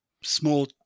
small